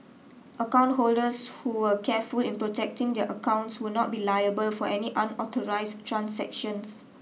account holders who were careful in protecting their accounts would not be liable for any unauthorised transactions